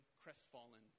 crestfallen